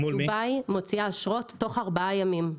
דובאי מוציא אשרות תוך ארבעה ימים.